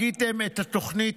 הגיתם את התוכנית